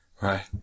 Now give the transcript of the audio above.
right